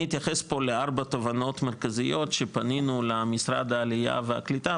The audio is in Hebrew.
אני אתייחס פה לארבע תובנות מרכזיות שפנינו למשרד העלייה והקליטה,